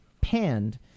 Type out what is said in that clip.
panned